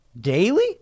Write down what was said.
Daily